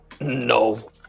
No